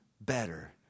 better